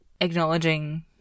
acknowledging